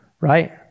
Right